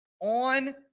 on